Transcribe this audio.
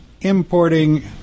importing